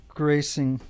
gracing